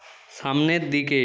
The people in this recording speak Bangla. সামনের দিকে